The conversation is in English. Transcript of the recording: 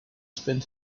spent